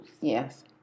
Yes